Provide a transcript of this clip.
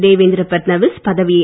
தேவேந்திர ஃபட்னவிஸ் பதவியை